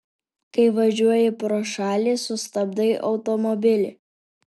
kai važiuoji pro šalį sustabdai automobilį